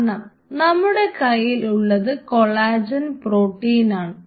കാരണം നമ്മുടെ കയ്യിൽ ഉള്ളത് കൊളാജൻ പ്രോട്ടീനാണ്